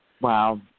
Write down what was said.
Wow